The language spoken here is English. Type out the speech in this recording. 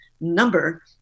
number